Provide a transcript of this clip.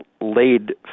laid